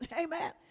amen